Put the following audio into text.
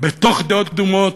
בתוך דעות קדומות,